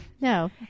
no